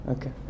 Okay